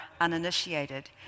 uninitiated